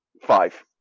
five